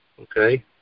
okay